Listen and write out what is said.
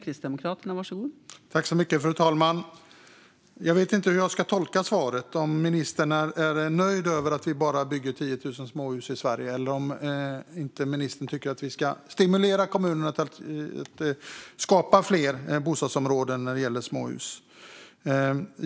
Fru talman! Jag vet inte hur jag ska tolka svaret. Är ministern nöjd med att vi bara bygger 10 000 småhus i Sverige? Tycker inte ministern att vi ska stimulera kommunerna att skapa fler småhusområden?